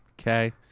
Okay